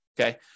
Okay